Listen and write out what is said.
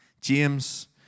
James